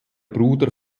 bruder